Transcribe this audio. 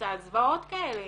ונמצא זוועות כאלה.